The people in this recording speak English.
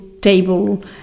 table